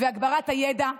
רגע,